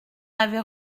avais